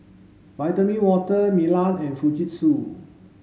Vitamin Water Milan and Fujitsu